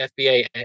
fba